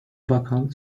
bakan